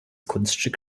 kunststück